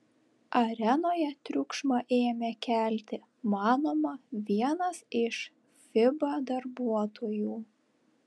arenoje triukšmą ėmė kelti manoma vienas iš fiba darbuotojų